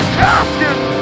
caskets